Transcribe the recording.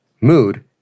mood